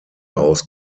aus